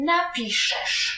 Napiszesz